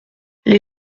les